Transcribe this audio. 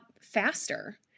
faster